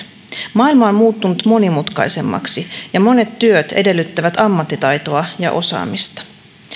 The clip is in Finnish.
maailma on muuttunut monimutkaisemmaksi ja monet työt edellyttävät ammattitaitoa ja osaamista